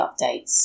updates